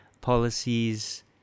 policies